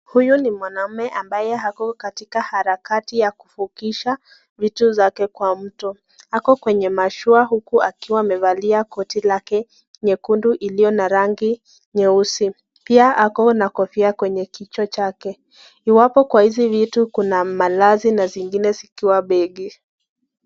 Huyu ni mwanaume ambaye ako katika harakati ya kuvukisha vitu zake kwa mto, ako kwenye mashua huku akiwa amevalia koti lake nyekundu iliyo na rangi nyeusi. Pia ako na kofia kwenye kichwa chake, iwapo kwa hizi vitu kuna malazi na zingine zikiwa begi.